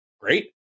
great